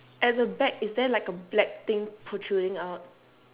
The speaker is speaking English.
at the back is there like a black thing protruding out